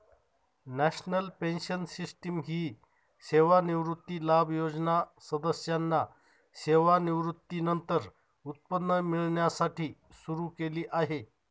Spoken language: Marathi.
नॅशनल पेन्शन सिस्टीम ही सेवानिवृत्ती लाभ योजना सदस्यांना सेवानिवृत्तीनंतर उत्पन्न मिळण्यासाठी सुरू केली आहे